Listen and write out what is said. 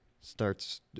starts